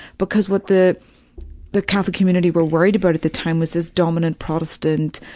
because what the the catholic community were worried about at the time was this dominant protestant,